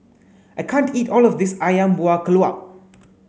I can't eat all of this Ayam Buah Keluak